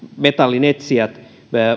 metallinetsijät